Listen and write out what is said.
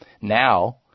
Now